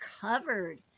covered